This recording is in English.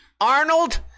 Arnold